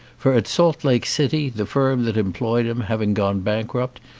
for at salt lake city, the firm that employed him having gone bankrupt,